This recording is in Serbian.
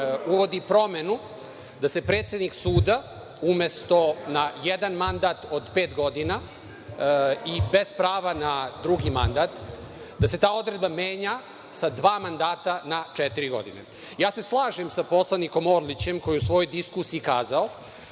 uvodi promenu, da se predsednik suda umesto na jedan mandat od pet godina i bez prava na drugi mandat, da se ta odredba menja sa dva mandata na četiri godine. Ja se slažem sa poslanikom Orlićem, koji je u svojoj diskusiji kazao